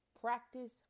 practice